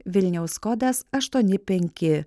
vilniaus kodas aštuoni penki